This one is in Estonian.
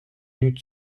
nüüd